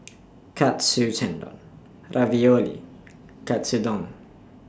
Katsu Tendon Ravioli Katsudon